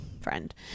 friend